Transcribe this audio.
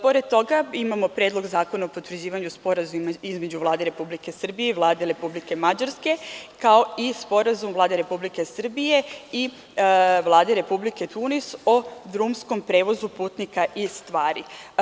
Pored toga, imamo Predlog zakona o potvrđivanju Sporazuma između Vlade Republike Srbije i Vlade Republike Mađarske, kao i Sporazum Vlade Republike Srbije i Vlade Republike Tunis o drumskom prevozu putnika i stvari.